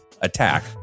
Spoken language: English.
attack